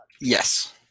Yes